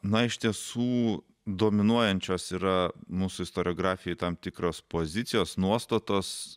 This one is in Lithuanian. na iš tiesų dominuojančios yra mūsų istoriografijoj tam tikros pozicijos nuostatos